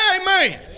Amen